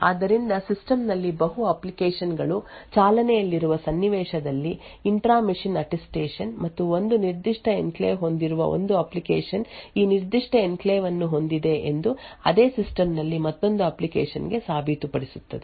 ಆದ್ದರಿಂದ ಸಿಸ್ಟಮ್ ನಲ್ಲಿ ಬಹು ಅಪ್ಲಿಕೇಶನ್ ಗಳು ಚಾಲನೆಯಲ್ಲಿರುವ ಸನ್ನಿವೇಶದಲ್ಲಿ ಇಂಟ್ರಾ ಮೆಷಿನ್ ಅಟ್ಟೆಸ್ಟೇಷನ್ ಮತ್ತು ಒಂದು ನಿರ್ದಿಷ್ಟ ಎನ್ಕ್ಲೇವ್ ಹೊಂದಿರುವ ಒಂದು ಅಪ್ಲಿಕೇಶನ್ ಈ ನಿರ್ದಿಷ್ಟ ಎನ್ಕ್ಲೇವ್ ಅನ್ನು ಹೊಂದಿದೆ ಎಂದು ಅದೇ ಸಿಸ್ಟಮ್ ನಲ್ಲಿ ಮತ್ತೊಂದು ಅಪ್ಲಿಕೇಶನ್ ಗೆ ಸಾಬೀತುಪಡಿಸುತ್ತದೆ